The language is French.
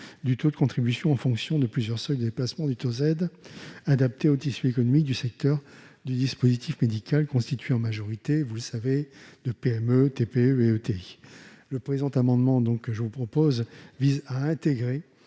du taux de contribution en fonction de plusieurs seuils de dépassement du taux Z, adaptée au tissu économique du secteur du dispositif médical, constitué en majorité de PME, TPE et ETI. Le présent amendement vise à intégrer